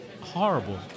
horrible